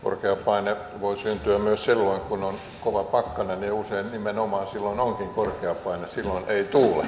korkeapaine voi syntyä myös silloin kun on kova pakkanen ja usein nimenomaan silloin onkin korkeapaine silloin ei tuule